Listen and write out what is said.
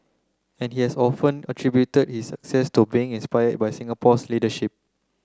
and he has often attributed its success to being inspired by Singapore's leadership